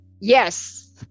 yes